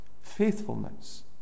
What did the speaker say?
Faithfulness